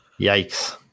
yikes